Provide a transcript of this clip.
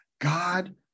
God